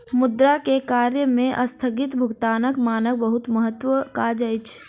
मुद्रा के कार्य में अस्थगित भुगतानक मानक बहुत महत्वक काज अछि